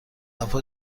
هوا